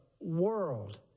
world